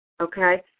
okay